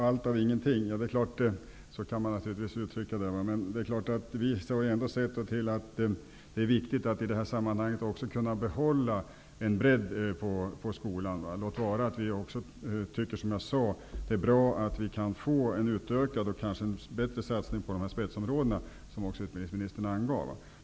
Fru talman! Per Unckel säger att vi vill ha allt av ingenting. Det är klart att man kan uttrycka det så, men det är viktigt att kunna behålla en bredd på skolan. Vi tycker också, liksom utbildningsministern, att det är bra om vi kan få en utökad och bättre satsning på de s.k. spetsområdena.